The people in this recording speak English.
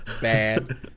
bad